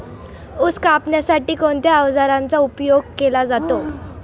ऊस कापण्यासाठी कोणत्या अवजारांचा उपयोग केला जातो?